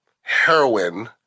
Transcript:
heroin